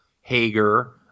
Hager